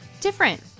different